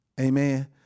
Amen